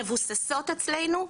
מבוססות אצלנו,